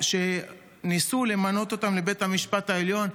שניסו למנות אותם לבית המשפט העליון.